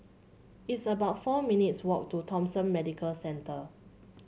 it's about four minutes' walk to Thomson Medical Centre